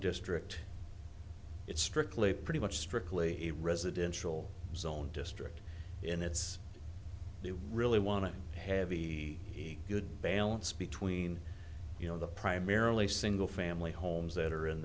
district it's strictly pretty much strictly a residential zone district and it's they really want to have the good balance between you know the primarily single family homes that are in